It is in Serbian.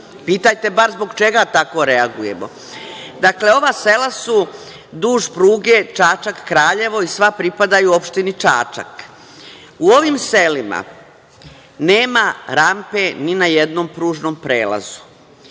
Pitajte bar zbog čega tako reagujemo. Dakle, ova sela su duž pruge Čačak-Kraljevo i sva pripadaju opštini Čačak. U ovim selima nema rampe ni na jednom pružnom prelazu,